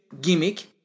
Gimmick